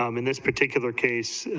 um and this particular case,